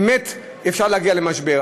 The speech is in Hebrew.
באמת אפשר להגיע למשבר.